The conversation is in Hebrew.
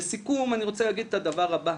לסיכום, אני רוצה להגיד את הדבר הבא: